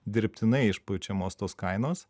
dirbtinai išpučiamos tos kainos